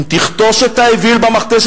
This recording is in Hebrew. אם תכתוש את האוויל במכתש,